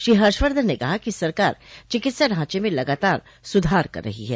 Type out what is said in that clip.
श्री हर्षवर्धन ने कहा कि सरकार चिकित्सा ढांचे में लगातार सुधार कर रही है